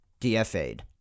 DFA'd